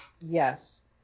yes